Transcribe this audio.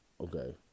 okay